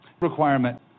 Requirement